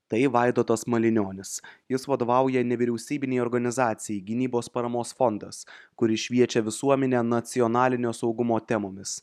tai vaidotas malinionis jis vadovauja nevyriausybinei organizacijai gynybos paramos fondas kuri šviečia visuomenę nacionalinio saugumo temomis